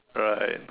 right